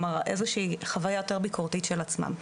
כלומר איזושהי חוויה יותר ביקורתית של עצמם.